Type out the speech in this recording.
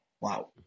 Wow